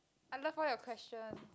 I love all your questions